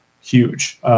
huge